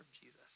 Jesus